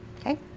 Okay